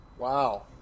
Wow